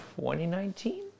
2019